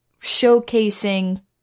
showcasing